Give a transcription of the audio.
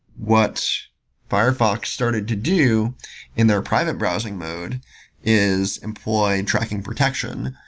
what firefox started to do in their private browsing mode is employ tracking protection.